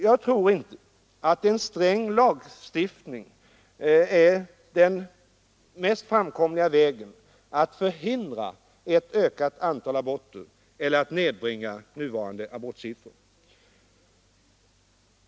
Jag tror inte att en sträng lagstiftning är den mest framkomliga vägen att förhindra ett ökat antal aborter eller att nedbringa nuvarande abortsiffror.